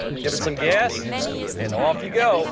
give it some gas and off you go